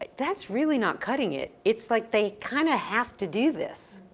like that's really not cutting it. it's like they kind of have to do this.